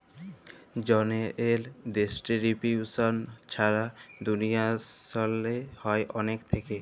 জলের ডিস্টিরিবিউশল ছারা দুলিয়াল্লে হ্যয় অলেক থ্যাইকে